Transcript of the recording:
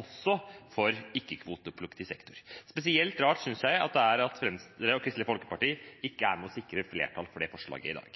også for ikke-kvotepliktig sektor. Spesielt rart synes jeg det er at Venstre og Kristelig Folkeparti ikke er med på å sikre et flertall for det forslaget i dag.